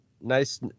Nice